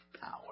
power